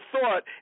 thought